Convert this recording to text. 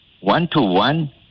One-to-one